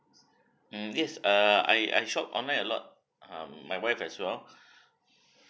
mm yes err I I shop online a lot um my wife as well